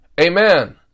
Amen